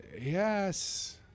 Yes